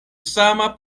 sama